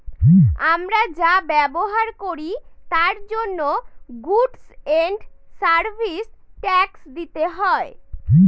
আমরা যা ব্যবহার করি তার জন্য গুডস এন্ড সার্ভিস ট্যাক্স দিতে হয়